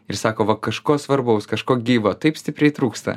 ir sako va kažko svarbaus kažko gyvo taip stipriai trūksta